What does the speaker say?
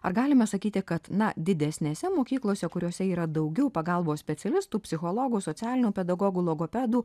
ar galima sakyti kad na didesnėse mokyklose kuriose yra daugiau pagalbos specialistų psichologų socialinių pedagogų logopedų